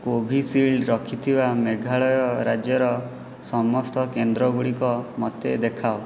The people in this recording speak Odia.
କୋଭିଶିଲଡ଼୍ ରଖିଥିବା ମେଘାଳୟ ରାଜ୍ୟର ସମସ୍ତ କେନ୍ଦ୍ର ଗୁଡ଼ିକ ମୋତେ ଦେଖାଅ